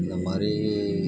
இந்த மாதிரி